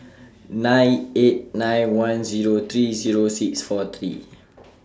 nine eight nine one Zero three Zero six four three